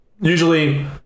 usually